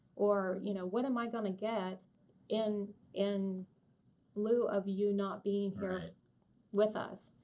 or you know what am i going to get in in lieu of you not being here with us.